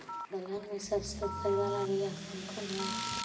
दलहन में सबसे उपज बाला बियाह कौन कौन हइ?